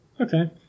Okay